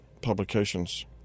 Publications